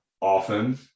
often